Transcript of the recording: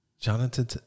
Jonathan